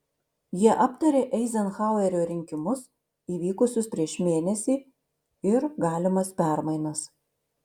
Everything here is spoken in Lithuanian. jie aptarė eizenhauerio rinkimus įvykusius prieš mėnesį ir galimas permainas